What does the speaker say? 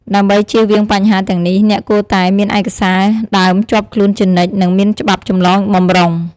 ដើម្បីចៀសវាងបញ្ហាទាំងនេះ អ្នកគួរតែ មានឯកសារដើមជាប់ខ្លួនជានិច្ច និងមានច្បាប់ចម្លងបម្រុង។